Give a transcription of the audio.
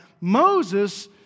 Moses